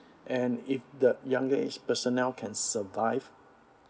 and if the younger age personnel can survive